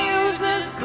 uses